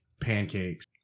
pancakes